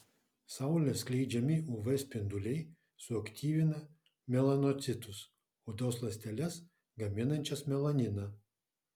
saulės skleidžiami uv spinduliai suaktyvina melanocitus odos ląsteles gaminančias melaniną